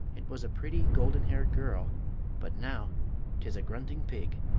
it was a pretty, golden-haired girl but now tis a grunting pig!